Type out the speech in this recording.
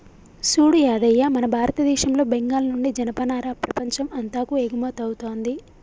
సూడు యాదయ్య మన భారతదేశంలో బెంగాల్ నుండి జనపనార ప్రపంచం అంతాకు ఎగుమతౌతుంది